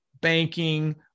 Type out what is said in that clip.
banking